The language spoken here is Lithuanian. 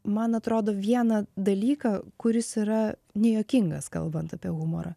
man atrodo vieną dalyką kuris yra nejuokingas kalbant apie humorą